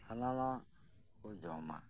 ᱥᱟᱱᱟᱢᱟᱜ ᱠᱚ ᱡᱚᱢᱟ